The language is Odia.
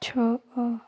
ଛଅ